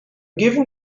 given